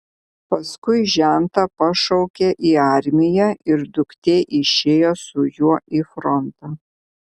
paskui žentą pašaukė į armiją ir duktė išėjo su juo į frontą